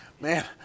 Man